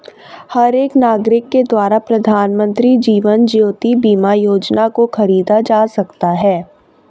हर एक नागरिक के द्वारा प्रधानमन्त्री जीवन ज्योति बीमा योजना को खरीदा जा सकता है